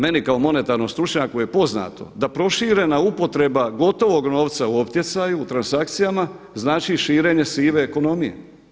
Meni kao monetarnom stručnjaku je poznato da proširena upotreba gotovog novca u optjecaju, u transakcijama znači i širenje sive ekonomije.